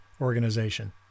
organization